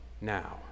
now